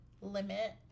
limit